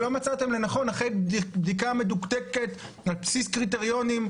שלא מצאתם לנכון אחרי בדיקה מדוקדקת על בסיס קריטריונים,